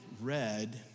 read